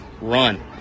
run